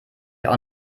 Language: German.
auch